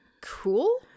Cool